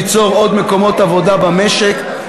ליצור עוד מקומות עבודה במשק.